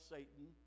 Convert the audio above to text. Satan